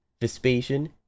Vespasian